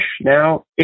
now